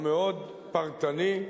המאוד-פרטני,